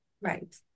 Right